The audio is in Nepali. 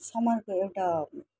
समरको एउटा